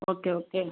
okay okay